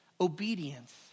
obedience